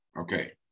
Okay